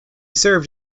served